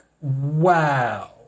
wow